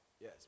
Yes